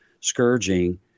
scourging